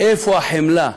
איפה החמלה?